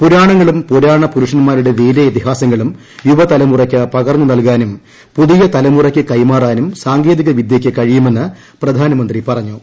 പുരാണങ്ങളും പുരാണ പുരുഷൻമാരുടെ വീരേതിഹാസങ്ങളും യുവതലമുറയ്ക്ക് പകർന്നു നൽകാനും പുതിയ തലമുറയ്ക്ക് കൈമാറാനും സാങ്കേതി വിദ്യയ്ക്ക് കഴിയുമെന്ന് പ്രധാനമന്ത്രി പറഞ്ഞു